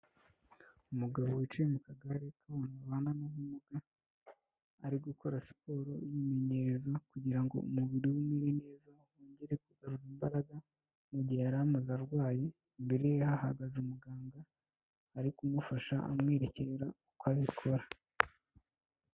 Umugabo wicaye mu kagare k'abantu babana n'ubumuga, ari gukora siporo yimenyereza kugira ngo umubiri we umere neza wongere kugarura imbaraga mu gihe yari amaze arwaye, imbere ye hahagaze umuganga ari kumufasha amwerekera uko abikora.